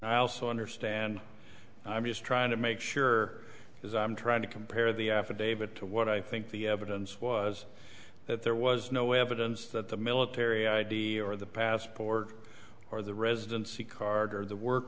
i also understand i'm just trying to make sure as i'm trying to compare the affidavit to what i think the evidence was that there was no evidence that the military i d or the passport or the residency card or the work